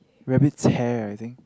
rabbit tare I think